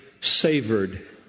savored